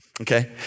Okay